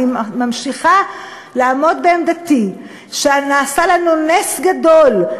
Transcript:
אני ממשיכה לעמוד על עמדתי שנעשה לנו נס גדול,